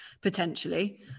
potentially